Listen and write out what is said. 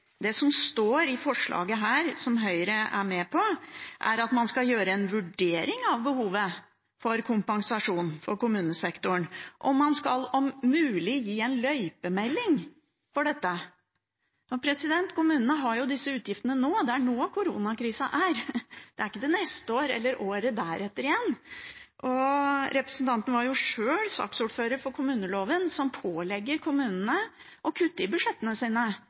Det som står i forslaget som Høyre er med på, er at man skal gjøre en vurdering av behovet for kompensasjon for kommunesektoren. Og man skal, om mulig, gi en løypemelding for dette. Men kommunene har jo disse utgiftene nå. Det er nå koronakrisen er – det er ikke neste år eller året etter det igjen. Representanten Trellevik var jo sjøl saksordfører for saken om kommuneloven, som pålegger kommunene å kutte i budsjettene sine